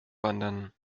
wandern